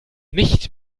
nicht